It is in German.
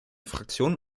fraktion